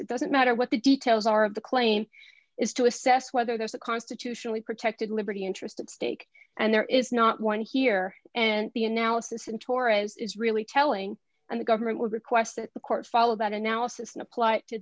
it doesn't matter what the details are of the claim is to assess whether there's a constitutionally protected liberty interest at stake and there is not one here and the analysis in torres is really telling and the government would request that the courts follow that analysis and apply it to